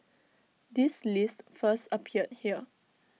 this list first appeared here